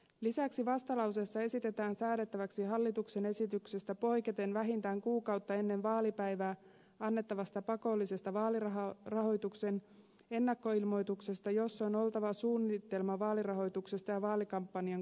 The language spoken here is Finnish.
lisäksi vastalauseessa esitetään säädettäväksi hallituksen esityksestä poiketen vähintään kuukautta ennen vaalipäivää annettavasta pakollisesta vaalirahoituksen ennakkoilmoituksesta jossa on oltava suunnitelma vaalirahoituksesta ja vaalikampanjan kuluista